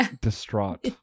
distraught